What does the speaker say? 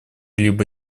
либо